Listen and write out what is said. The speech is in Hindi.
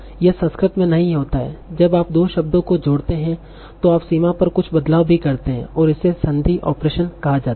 यह संस्कृत में नहीं होता है जब आप दो शब्दों को जोड़ते हैं तो आप सीमा पर कुछ बदलाव भी करते हैं और इसे संधी ऑपरेशन कहा जाता है